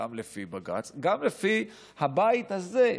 גם לפי בג"ץ, גם לפי הבית הזה,